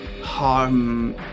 harm